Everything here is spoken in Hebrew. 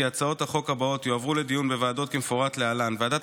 כי הצעות החוק הבאות יועברו לדיון בוועדות כמפורט להלן: ועדת